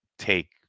take